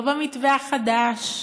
לא במתווה החדש.